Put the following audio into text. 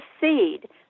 seed